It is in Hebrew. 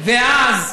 ואז,